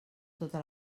tota